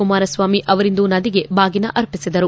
ಕುಮಾರಸ್ವಾಮಿ ಅವರಿಂದು ನದಿಗೆ ಬಾಗಿನ ಆರ್ಪಿಸಿದರು